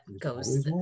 goes